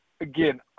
again